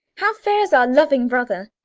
how fares our loving brother?